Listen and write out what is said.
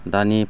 दानि